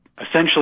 Essentially